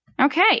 Okay